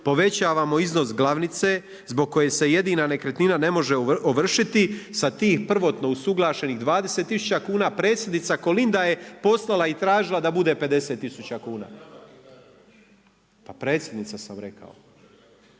povećavamo iznos glavnice zbog koje se jedina nekretnina ne može ovršiti sa tih prvotno usuglašenih 20000 kuna. Predsjednica Kolinda je poslala i tražila da bude 50000 kuna. …/Upadica sa strane,